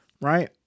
Right